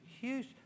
huge